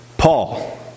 Paul